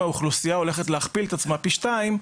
האוכלוסייה הולכת להכפיל את עצמה פי שתיים,